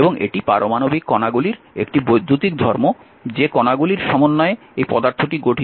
এবং এটি পারমাণবিক কণাগুলির একটি বৈদ্যুতিক ধর্ম যে কণাগুলির সমন্বয়ে এই পদার্থটি গঠিত